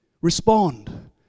respond